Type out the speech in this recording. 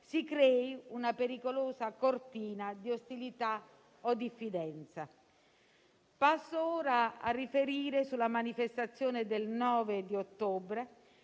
si crei una pericolosa cortina di ostilità o diffidenza. Passo ora a riferire sulla manifestazione del 9 ottobre,